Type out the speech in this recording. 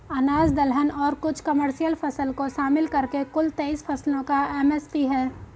अनाज दलहन और कुछ कमर्शियल फसल को शामिल करके कुल तेईस फसलों का एम.एस.पी है